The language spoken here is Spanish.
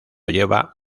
lleva